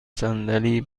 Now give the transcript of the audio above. صندلی